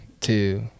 two